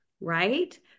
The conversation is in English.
right